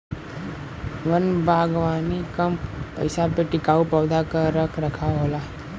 वन बागवानी कम पइसा में टिकाऊ पौधा क रख रखाव होला